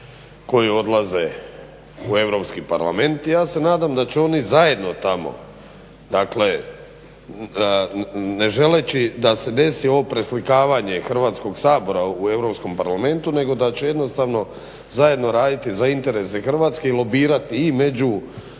koji odlaze u Europski parlament i ja se nadam da će oni zajedno tamo ne želeći da se desi ovo preslikavanje Hrvatskog sabora u Europskom parlamentu nego da će jednostavno zajedno raditi za interese Hrvatske i lobirati i među